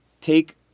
take